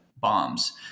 bombs